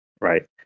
right